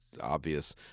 obvious